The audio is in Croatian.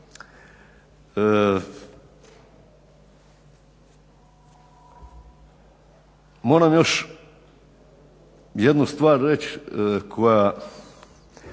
Moram još jednu stvar reći koja